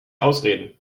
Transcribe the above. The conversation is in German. ausreden